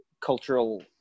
cultural